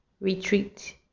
retreat